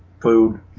food